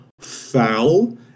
foul